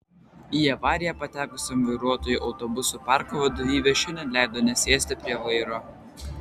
į avariją patekusiam vairuotojui autobusų parko vadovybė šiandien leido nesėsti prie vairo